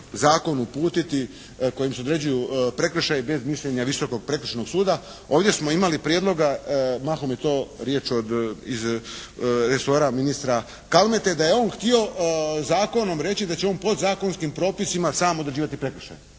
zakon uputiti kojim su određeni prekršaji bez mišljenja Visokog prekršajnog suda. Ovdje smo imali prijedloga mahom i to riječ iz resora ministra Kalmete, da je on htio zakonom reći da će on podzakonskim propisima sam određivati prekršaj.